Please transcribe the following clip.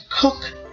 cook